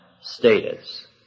status